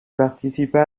participa